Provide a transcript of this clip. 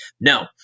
No